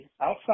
outside